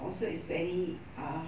also it's very uh